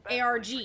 ARG